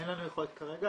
אין לנו יכולת כרגע.